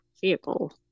vehicle